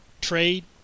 Trade